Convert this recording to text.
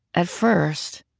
at first,